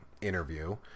interview